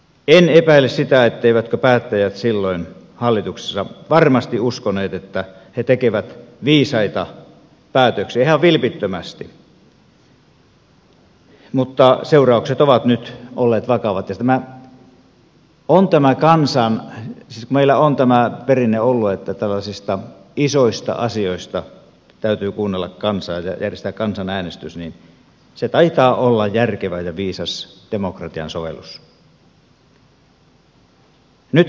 en epäile sitä etteivätkö päättäjät silloin hallituksessa varmasti uskoneet että he tekevät viisaita päätöksiä ihan vilpittömästi mutta seuraukset ovat nyt olleet vakavat ja kun meillä on tämä perinne ollut että tällaisista isoista asioista täytyy kuunnella kansaa ja järjestää kansanäänestys niin se taitaa olla järkevä ja viisas demokratian sovellus